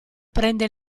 prende